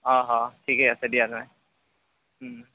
ঠিকে আছে দিয়া তেনে